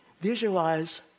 visualize